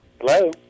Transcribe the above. Hello